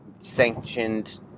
sanctioned